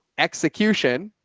execution